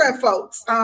folks